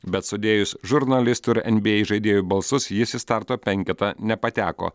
bet sudėjus žurnalistų ir nba žaidėjų balsus jis į starto penketą nepateko